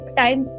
time